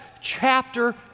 chapter